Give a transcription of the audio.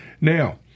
Now